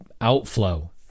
outflow